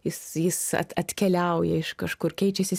jis jis at atkeliauja iš kažkur keičiasi